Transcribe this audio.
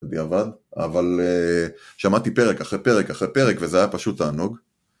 בדיעבד, אבל שמעתי פרק אחרי פרק אחרי פרק וזה היה פשוט תענוג